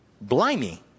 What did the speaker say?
blimey